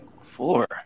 four